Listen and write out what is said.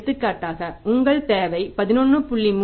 எடுத்துக்காட்டாக உங்கள் தேவை 11